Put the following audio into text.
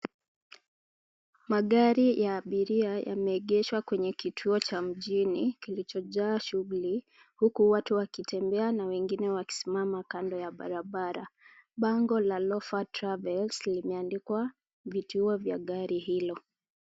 Magari ya abiria yameegeshwa kwenye kituo cha mjini kilichojaa shughuli, huku watu wakitembea na wengine wakisimama kando ya barabara. Bango la Lopha Travels, limeandikwa vituo vya gari hilo.